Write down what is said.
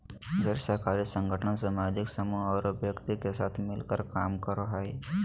गैर सरकारी संगठन सामुदायिक समूह औरो व्यक्ति के साथ मिलकर काम करो हइ